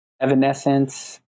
Evanescence